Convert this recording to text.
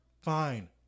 fine